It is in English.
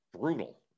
Brutal